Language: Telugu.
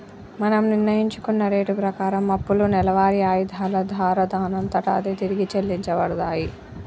మనం నిర్ణయించుకున్న రేటు ప్రకారం అప్పులు నెలవారి ఆయిధాల దారా దానంతట అదే తిరిగి చెల్లించబడతాయి